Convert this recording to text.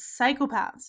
psychopaths